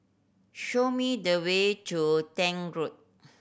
show me the way to Tank Road